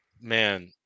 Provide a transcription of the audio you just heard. Man